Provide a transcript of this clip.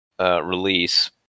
release